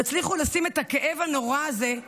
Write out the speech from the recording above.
תצליחו לשים את הכאב הנורא הזה,